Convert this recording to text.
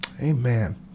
Amen